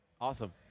Awesome